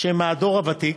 שהם מהדור הוותיק,